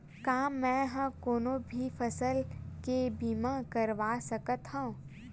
का मै ह कोनो भी फसल के बीमा करवा सकत हव?